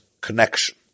connection